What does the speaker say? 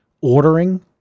ordering